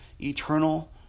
eternal